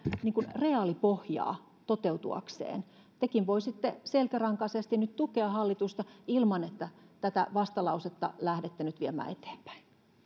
reaalipohjaa toteutuakseen tekin voisitte selkärankaisesti nyt tukea hallitusta ilman että tätä vastalausetta lähdette nyt viemään eteenpäin